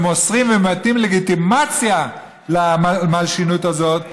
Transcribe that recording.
ומוסרים ונותנים לגיטימציה למלשינות הזאת,